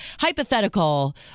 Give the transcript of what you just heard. hypothetical